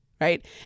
right